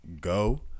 go